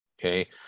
Okay